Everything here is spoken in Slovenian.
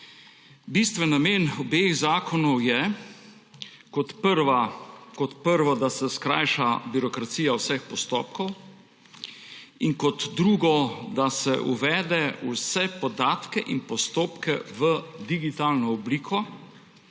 Bistveni namen obeh zakonov je kot prvo, da se skrajša birokracija vseh postopkov, in kot drugo, da se uvede vse podatke in postopke v digitalno obliko,